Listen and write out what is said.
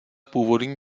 původní